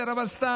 אבל סתם,